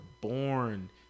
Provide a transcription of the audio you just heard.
born